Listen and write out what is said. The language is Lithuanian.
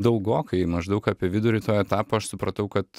daugokai maždaug apie vidurį to etapo aš supratau kad